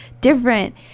different